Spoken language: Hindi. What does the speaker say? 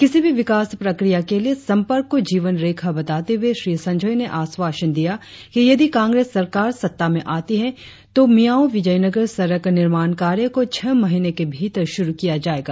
किसी भी विकास प्रक्रिया के लिए संपर्क को जीवन रेखा बताते हुए श्री संजोय ने आश्वासन दिया कि यदि कांग्रेस सरकार सत्ता में आती है तो मियाओ विजयनगर सड़क निर्माण कार्य को छह महीने के भीतर शुरु किया जाएगा